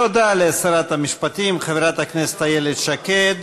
תודה לשרת המשפטים חברת הכנסת איילת שקד.